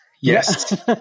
Yes